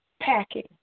packing